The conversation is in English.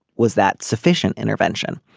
was that sufficient intervention.